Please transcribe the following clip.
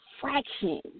fraction